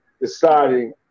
deciding